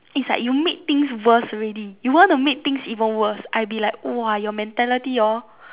is like you make things worst already you want to make things even worst I be like !wah! your mentality hor